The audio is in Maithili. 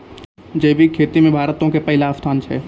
जैविक खेती मे भारतो के पहिला स्थान छै